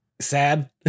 sad